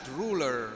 ruler